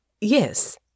yes